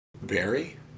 Barry